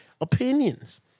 opinions